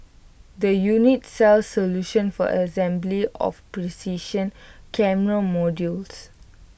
the unit sells solutions for assembly of precision camera modules